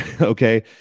okay